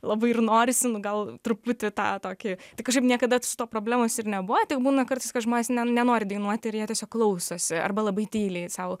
labai ir norisi nu gal truputį tą tokį kažkaip niekada to problemos ir nebuvo tik būna kartais kad žmonės ne nenori dainuoti ir jie tiesiog klausosi arba labai tyliai sau